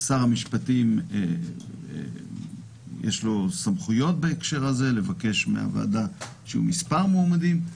לשר המשפטים יש סמכויות בהקשר הזה לבקש מהוועדה שיהיו מספר מועמדים.